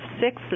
six